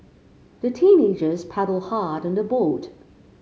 the teenagers paddled hard on their boat